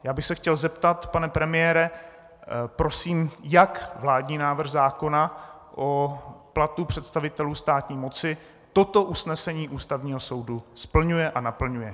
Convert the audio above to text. Já bych se chtěl zeptat, pane premiére, prosím, jak vládní návrh zákona o platu představitelů státní moci toto usnesení Ústavního soudu splňuje a naplňuje.